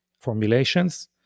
formulations